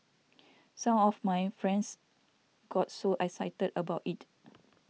some of my friends got so excited about it